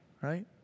right